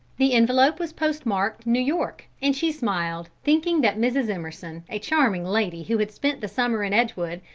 the envelope was postmarked new york, and she smiled, thinking that mrs. emerson, a charming lady who had spent the summer in edgewood,